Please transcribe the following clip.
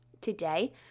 today